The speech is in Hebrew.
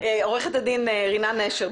עורכת הדין רינה נשר,